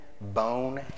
bone